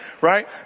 Right